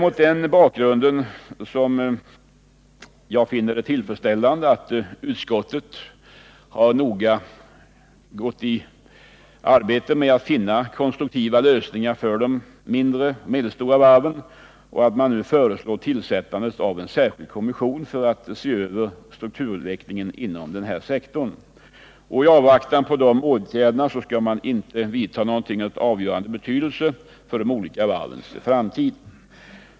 Mot denna bakgrund finner jag det tillfredsställande att utskottet sökt finna konstruktiva lösningar för de mindre och medelstora varven samt att utskottet föreslår tillsättande av en särskild kommission för att se över strukturutvecklingen inom denna sektor och att i avvaktan på detta inget vidtas som kan vara av avgörande betydelse för de olika varvens framtid.